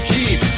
Keep